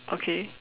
okay